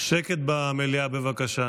שגב כלפון,